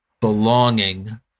belonging